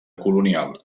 colonial